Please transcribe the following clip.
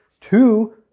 two